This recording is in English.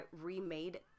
remade